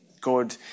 God